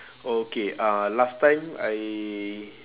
okay uh last time I